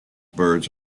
birds